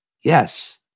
yes